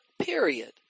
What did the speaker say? period